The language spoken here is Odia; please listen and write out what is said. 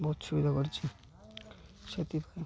ବହୁତ ସୁବିଧା କରିଛି ସେଥିପାଇଁ